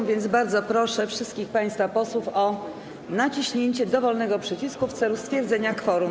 A więc bardzo proszę wszystkich państwa posłów o naciśnięcie dowolnego przycisku w celu stwierdzenia kworum.